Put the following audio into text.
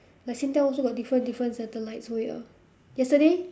like singtel also got different different satellites so ya yesterday